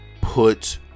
put